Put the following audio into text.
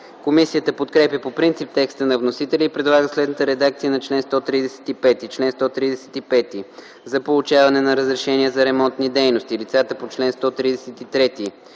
Комисията подкрепя по принцип текста на вносителя и предлага следната редакция на чл. 135: „Чл. 135. За получаване на разрешение за ремонтни дейности лицата по чл. 133,